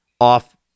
off